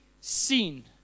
seen